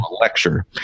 lecture